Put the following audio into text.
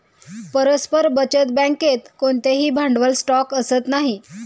परस्पर बचत बँकेत कोणतेही भांडवल स्टॉक असत नाही